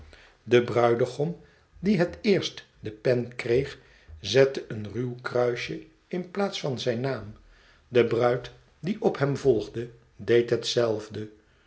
de bruidegom die het eerst de pen kreeg zette een ruw kruisje in plaats van zijn naam de bruid die op hem volgde deed hetzelfde